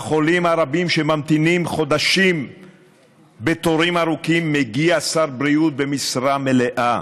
לחולים הרבים שממתינים חודשים בתורים ארוכים מגיע שר בריאות במשרה מלאה.